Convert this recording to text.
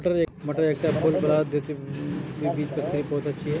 मटर एकटा फूल बला द्विबीजपत्री पौधा छियै